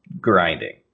grinding